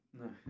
No